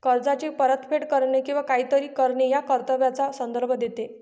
कर्जाची परतफेड करणे किंवा काहीतरी करणे या कर्तव्याचा संदर्भ देते